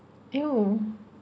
!eww!